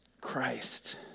Christ